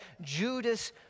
Judas